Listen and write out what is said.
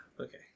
Okay